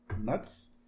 Nuts